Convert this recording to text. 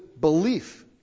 belief